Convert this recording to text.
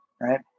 right